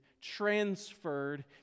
transferred